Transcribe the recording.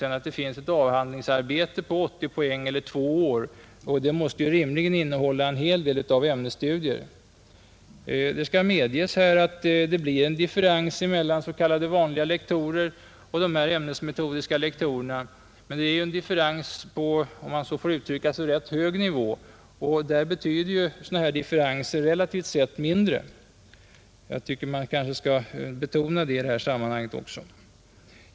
Därtill kommer ett avhandlingsarbete på 80 poäng eller två år, vilket rimligen måste innehålla en hel del av ämnesstudier. Det skall medges att det blir en differens här mellan s.k. vanliga lektorer och dessa ämnesmetodiska lektorer, men det är en differens på en, om jag så får uttrycka mig, rätt hög nivå, och där betyder sådana här differenser relativt sett mindre. Jag tycker att man kanske skall betona det i detta sammanhang.